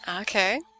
Okay